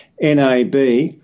NAB